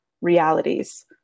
realities